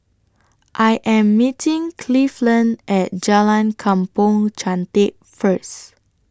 I Am meeting Cleveland At Jalan Kampong Chantek First